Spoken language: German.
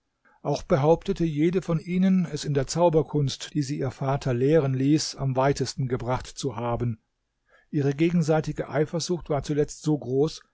auch behauptete jede von ihnen es in der zauberkunst die sie ihr vater jemen ließ am weitesten gebracht zu haben ihre gegenseitige eifersucht war zuletzt so groß